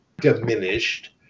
diminished